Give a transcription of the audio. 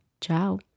Ciao